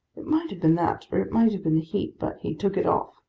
it might have been that, or it might have been the heat but he took it off.